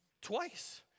Twice